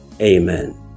amen